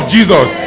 Jesus